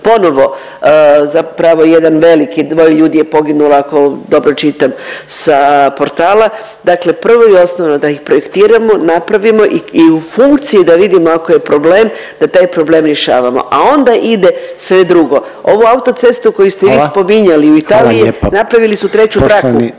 ponovo zapravo jedan veliki dvoje ljudi je poginulo ako dobro čitam sa portala, dakle prvo i osnovno da ih projektiramo, napravimo i u funkciji da vidimo ako je problem da taj problem rješavamo, a onda ide sve drugo. Ovu autocestu koju ste vi spominjali …/Upadica Reiner: